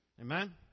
Amen